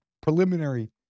preliminary